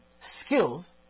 skills